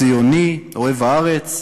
ציוני, אוהב הארץ.